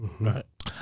Right